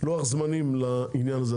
לוח הזמנים לעניין הזה.